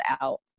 out